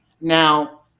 Now